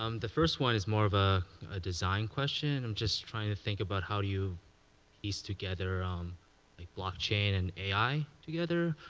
um the first one is more of a design question. i'm just trying to think about how you piece together um like blockchain and ai together.